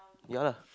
ya lah